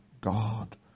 God